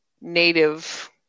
native